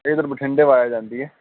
ਇਹ ਸਰ ਬਠਿੰਡੇ ਵਾਇਆ ਜਾਂਦੀ ਹੈ